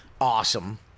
Awesome